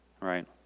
Right